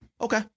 Okay